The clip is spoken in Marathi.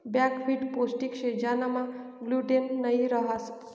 बकव्हीट पोष्टिक शे ज्यानामा ग्लूटेन नयी रहास